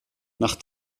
nach